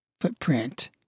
footprint